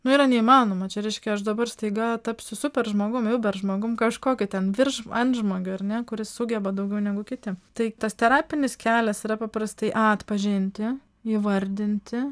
nu yra neįmanoma čia reiškia aš dabar staiga tapsiu super žmogumi ber žmogum kažkokia ten virš antžmogių ar ne kuris sugeba daugiau negu kiti tai tas terapinis kelias yra paprastai a atpažinti įvardinti